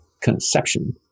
conception